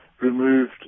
removed